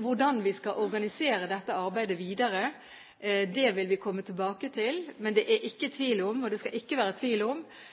Hvordan vi skal organisere dette arbeidet videre, vil vi komme tilbake til, men det skal ikke være tvil om at vi er opptatt av å bygge på de nevnte miljøene. Dem har Helse- og